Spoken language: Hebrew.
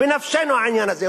בנפשנו העניין הזה,